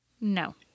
No